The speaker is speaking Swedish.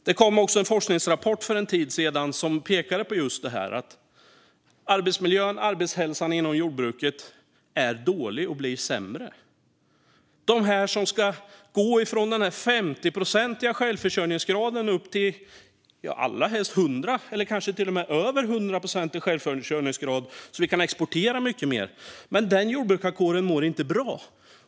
Det kom också en forskningsrapport för en tid sedan som pekade på att arbetsmiljön och arbetshälsan inom jordbruket är dålig och blir sämre. Självförsörjningsgraden ska gå från 50 procent upp till helst 100 eller kanske till och med över 100 procent så att vi kan exportera mer, men jordbrukarkåren mår inte bra.